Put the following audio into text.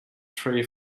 tree